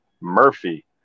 Murphy